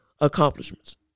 accomplishments